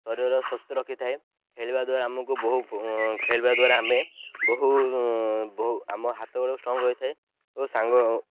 ଶରୀରର ସୁସ୍ଥ ରଖିଥାଏ ଖେଳିବା ଦ୍ୱାରା ଆମକୁ ବହୁ ଖେଳିବା ଦ୍ୱାରା ଆମେ ବହୁ ବହୁ ଆମ ହାତ ଗୁଡ଼ିକୁ ଷ୍ଟ୍ରଙ୍ଗ ରହିଥାଏ ଓ ସାଙ୍ଗ